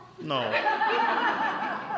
No